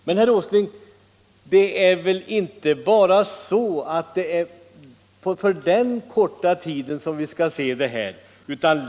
Men, herr Åsling, det är väl inte bara för den korta tiden vi skall se det här?